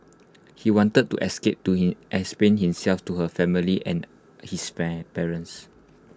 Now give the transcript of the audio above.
he wanted to escape to him explain himself to her family and his parents